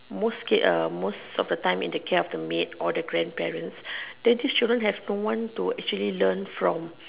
most kid uh most of the time in the care of the maid or the grandparents then this children have no one to actually learn from